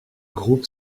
groupe